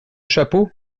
chapeau